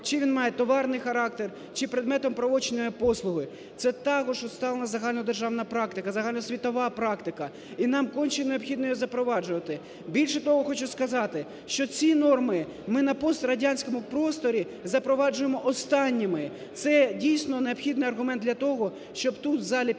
Чи він має товарний характер, чи предметом правочину є послуги, це також усталена загальнодержавна практика, загальносвітова практика, і нам конче необхідно її запроваджувати. Більше того хочу сказати, що ці норми ми на пострадянському просторі запроваджуємо останніми. Це, дійсно, необхідний аргумент для того, щоб тут в залі підтримати